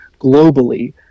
globally